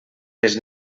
les